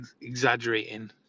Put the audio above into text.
exaggerating